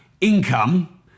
income